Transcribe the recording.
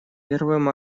первым